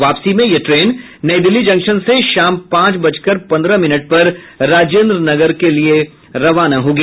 वापसी में यह ट्रेन नई दिल्ली जंक्शन से शाम पांच बजकर पंद्रह मिनट पर राजेंद्रनगर के लिए रवाना होगी